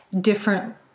different